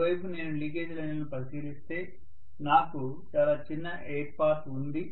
ఈ వైపు నేను లీకేజ్ లైన్లను పరిశీలిస్తే నాకు చాలా చిన్న ఎయిర్ పాత్ ఉంది